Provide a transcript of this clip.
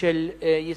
של ישראל.